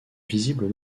visibles